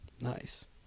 Nice